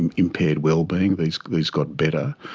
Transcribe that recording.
and impaired well-being, these these got better.